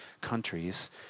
countries